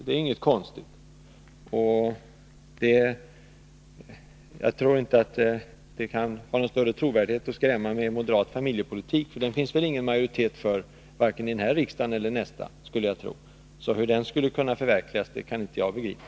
Men det lönar sig inte att skrämma med moderat familjepolitik. Jag skulle inte tro att det finns majoritet för den vare sig i den här riksdagen eller i nästa. Hur den då skulle kunna förverkligas kan inte jag begripa.